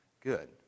good